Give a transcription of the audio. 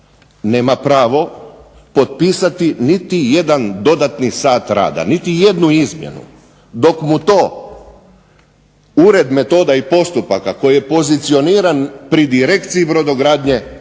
nema pravo potpisati niti jedan dodatni sat rada, niti jednu izmjenu dok mu tu ured metoda i postupaka koji je pozicioniran pri direkciji brodogradnje